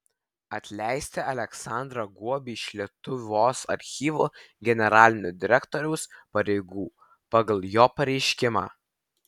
atleisti aleksandrą guobį iš lietuvos archyvų generalinio direktoriaus pareigų pagal jo pareiškimą